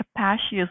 capacious